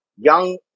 young